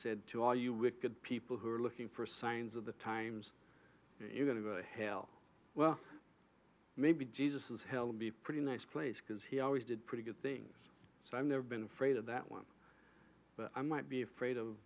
said to all you wicked people who are looking for signs of the times you're going to hell well maybe jesus is hell be pretty nice place because he always did pretty good things so i've never been fraid of that one but i might be afraid of